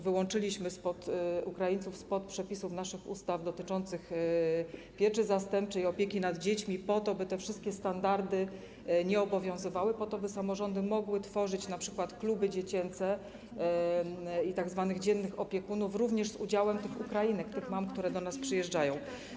Wyłączyliśmy Ukraińców od obowiązywania przepisów naszych ustaw dotyczących pieczy zastępczej i opieki nad dziećmi po to, by te wszystkie standardy nie obowiązywały, po to, by samorządy mogły tworzyć np. kluby dziecięce i instytucję tzw. dziennych opiekunów również z udziałem tych Ukrainek, tych mam, które do nas przyjeżdżają.